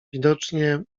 widocznie